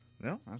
No